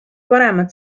paremad